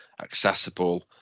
accessible